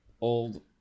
old